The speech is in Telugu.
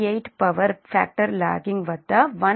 8 పవర్ ఫ్యాక్టర్ లాగింగ్ వద్ద 1 p